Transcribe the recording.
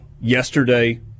yesterday